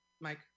Mike